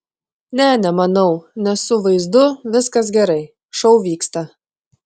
ne nemanau nes su vaizdu viskas gerai šou vyksta